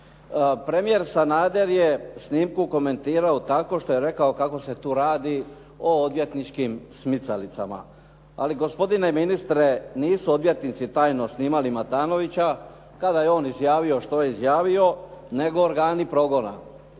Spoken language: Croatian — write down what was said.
Premijer Sanader je snimku komentirao tako što je rekao kako se tu radi o odvjetničkim smicalicama. Ali gospodine ministre nisu odvjetnici tajno snimali Matanovića kada je on izjavio što je izjavio, nego organi progona.